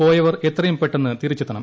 പോയവർ എത്രയും പെട്ടെന്ന് തിരിച്ചെത്തണം